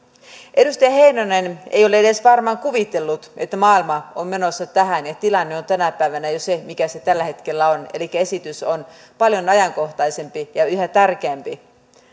edustaja heinonen ei ole edes varmaan kuvitellut että maailma on menossa tähän ja tilanne on tänä päivänä jo se mikä se tällä hetkellä on elikkä esitys on paljon ajankohtaisempi ja yhä tärkeämpi olla